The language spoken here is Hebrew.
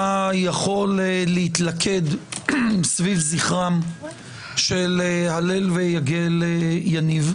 יכול להתלכד סביב זכרם של הלל ויגל יניב,